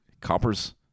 coppers